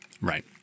Right